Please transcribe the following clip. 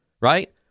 Right